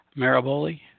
Mariboli